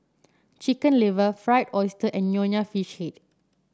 Chicken Liver Fried Oyster and Nonya Fish Head